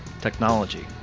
technology